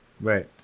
Right